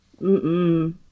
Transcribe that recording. Mm-mm